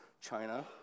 China